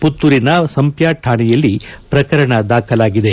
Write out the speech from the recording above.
ಪುತ್ತೂರಿನ ಸಂಪ್ಟ ಶಾಣೆಯಲ್ಲಿ ಪ್ರಕರಣ ದಾಖಲಾಗಿದೆ